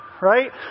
Right